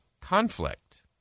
conflict